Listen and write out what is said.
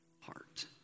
heart